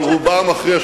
אבל רובה המכריע,